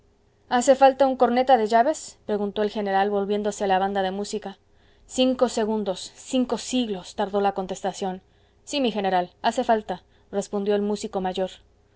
hace falta un corneta de llaves preguntó el general volviéndose a la banda de música cinco segundos cinco siglos tardó la contestación sí mi general hace falta respondió el músico mayor